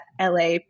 LA